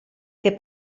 che